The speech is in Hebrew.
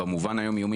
במובן היום יומי,